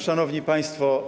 Szanowni Państwo!